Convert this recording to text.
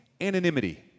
anonymity